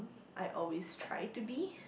I always try to be